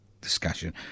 discussion